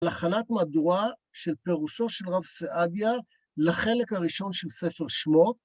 להכנת מהדורה של פירושו של רב סעדיה לחלק הראשון של ספר שמות.